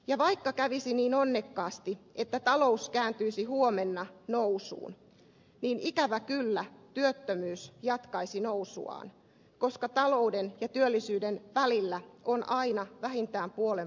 ja vaikka kävisi niin onnekkaasti että talous kääntyisi huomenna nousuun niin ikävä kyllä työttömyys jatkaisi nousuaan koska talouden ja työllisyyden välillä on aina vähintään puolen vuoden viive